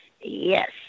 Yes